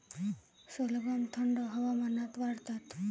सलगम थंड हवामानात वाढतात